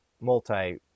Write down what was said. multi